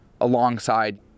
alongside